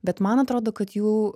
bet man atrodo kad jų